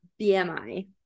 BMI